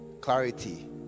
clarity